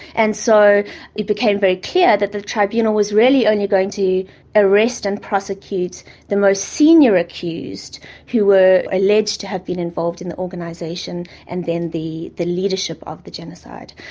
and so it became very clear that this tribunal was really only going to arrest and prosecute the most senior accused who were alleged to have been involved in the organisation and then the the leadership of the genocide.